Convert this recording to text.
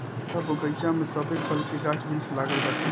उनका बगइचा में सभे खल के गाछ वृक्ष लागल बाटे